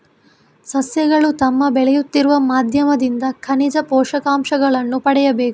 ಸಸ್ಯಗಳು ತಮ್ಮ ಬೆಳೆಯುತ್ತಿರುವ ಮಾಧ್ಯಮದಿಂದ ಖನಿಜ ಪೋಷಕಾಂಶಗಳನ್ನು ಪಡೆಯಬೇಕು